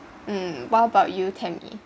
um what about you tammy